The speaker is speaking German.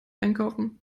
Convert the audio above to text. einkaufen